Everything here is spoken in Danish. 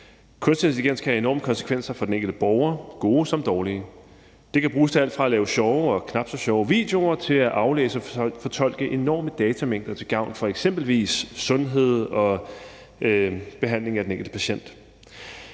Kunstig intelligens kan have enorme konsekvenser for den enkelte borger, gode som dårlige. Det kan bruges til alt fra at lave sjove og knap så sjove videoer til at aflæse og fortolke enorme datamængder til gavn for eksempelvis sundhed og behandling af den enkelte patient.